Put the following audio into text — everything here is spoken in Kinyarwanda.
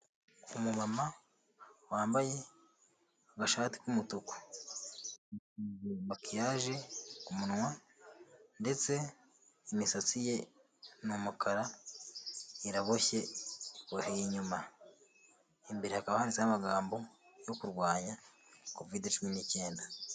Umumama wambaye agashati k'umutuku, makiyaje ku munwa ndetse imisatsi ye ni umukara iraboshye iboheye inyuma, imbere hakaba handitseho amagambo yo kurwanya kovidi cumi n'icyenda.